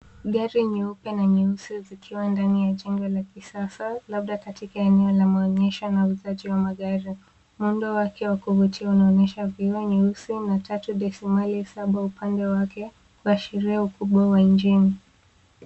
Gari nyeupe na nyeusi zikiwa katika jengo la kisasa labda katika eneo la maonyesho na uuzaji wa magari. Muundo wake wa kuvutia unaonyesha vioo nyeusi, mia tatu decimali saba upande wake, kuashiria ukubwa wa injini.